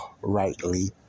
rightly